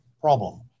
problem